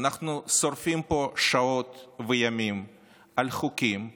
ואנחנו שורפים פה שעות וימים על חוקים שבאמת,